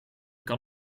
kan